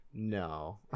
no